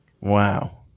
Wow